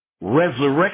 resurrection